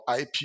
IP